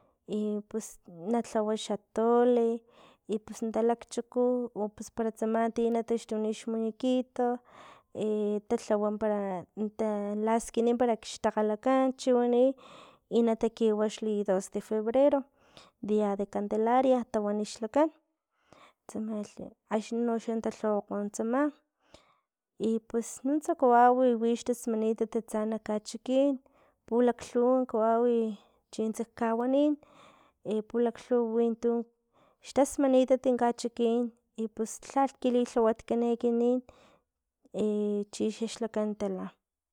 Y pus na lhawa xatole i pus natalakchuku ups para tsama ti taxtuni xmuñequito i talhawa para talaskini para xtakgalakan para chiwani i nata kiwa xli dos de febrero, dia de candelaria tawani xlakan tsamlhi axni no talhawakgo tsama i pues nust kawaw wix tasmanitat atsa kachikin pulaklhuwa kawawi chintsa kawanin i pulaglhuw wi tu xtasmanitat kachikin y ps lha kilihlhawat kan ekinin i chixax lakan tala